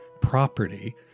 property